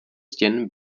stěn